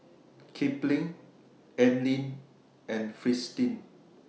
Kipling Anlene and Fristine